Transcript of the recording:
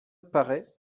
paraît